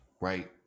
right